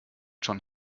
schon